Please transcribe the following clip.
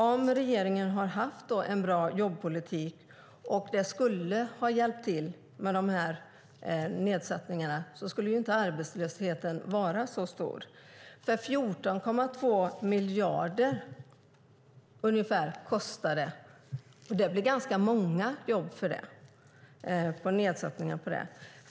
Om regeringen haft en bra jobbpolitik och dessa nedsättningar skulle ha hjälpt skulle inte arbetslösheten vara så stor. Ungefär 14,2 miljarder kostar det. Det kan bli ganska många jobb för det.